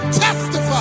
testify